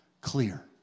clear